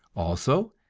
also,